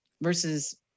versus